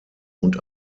und